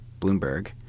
Bloomberg